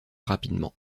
rapidement